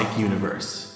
universe